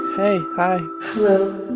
hey. hi hello